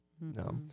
No